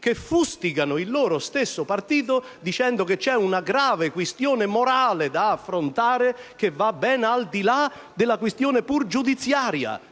che fustigano il loro stesso partito dicendo che c'è una grave questione morale da affrontare, che va ben al di là della questione giudiziaria